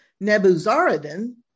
Nebuzaradan